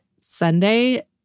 Sunday